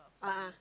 a'ah